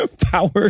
Power